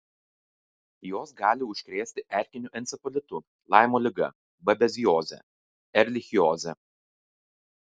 jos gali užkrėsti erkiniu encefalitu laimo liga babezioze erlichioze